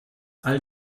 all